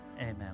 Amen